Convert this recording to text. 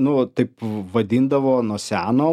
nu va taip vadindavo nuo seno